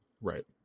Right